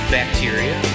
bacteria